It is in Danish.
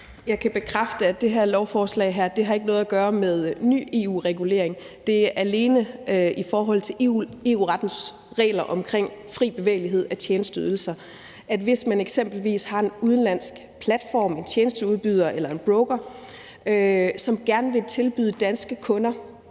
Jeg kan bekræfte, at det her lovforslag ikke har noget at gøre med ny EU-regulering. Det er alene i forhold til EU-rettens regler om fri bevægelighed af tjenesteydelser. Hvis man eksempelvis har en udenlandsk platform, tjenesteudbyder eller broker, som gerne vil tilbyde danske kunder